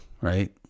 right